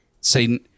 say